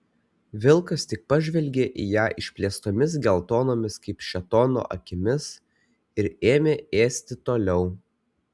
vilkas tik pažvelgė į ją išplėstomis geltonomis kaip šėtono akimis ir ėmė ėsti toliau